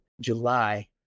july